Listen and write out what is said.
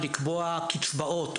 לקבוע קצבאות,